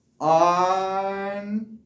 on